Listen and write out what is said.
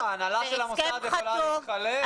ההנהלה של המוסד יכולה להתחלף,